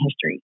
history